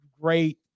great